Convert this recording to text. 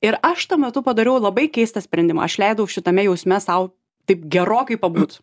ir aš tuo metu padariau labai keistą sprendimą aš leidau šitame jausme sau taip gerokai pabūt